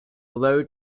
low